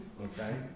okay